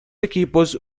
equipos